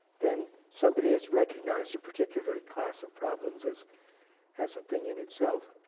then somebody has recognized a particular class of problems as as a thing in itself.